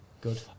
Good